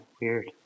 weird